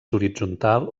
horitzontal